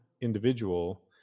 individual